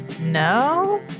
No